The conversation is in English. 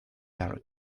out